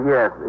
Yes